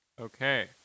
Okay